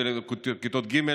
לכיתות ג',